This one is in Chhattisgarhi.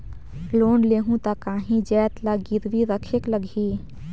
लोन लेहूं ता काहीं जाएत ला गिरवी रखेक लगही?